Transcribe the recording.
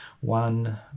One